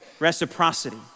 reciprocity